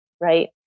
Right